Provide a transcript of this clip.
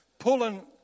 Pulling